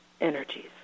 energies